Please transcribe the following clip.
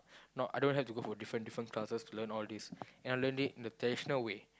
not I don't have to go for different different class to learn all this I learn it in a traditional way